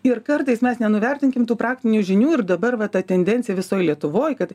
ir kartais mes nenuvertinkim tų praktinių žinių ir dabar va ta tendencija visoj lietuvoj kad